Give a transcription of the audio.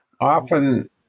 Often